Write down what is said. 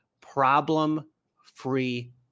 problem-free